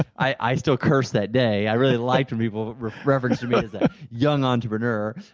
i still curse that day i really liked when people referenced to me as a young entrepreneur.